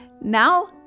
Now